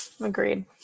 agreed